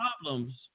problems